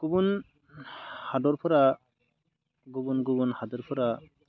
गुबुन हादरफोरा गुबुन गुबुन हादोरफोरा